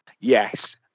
yes